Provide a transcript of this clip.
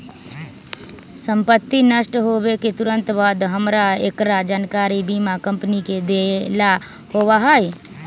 संपत्ति नष्ट होवे के तुरंत बाद हमरा एकरा जानकारी बीमा कंपनी के देवे ला होबा हई